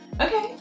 Okay